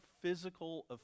physical